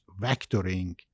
vectoring